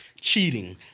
cheating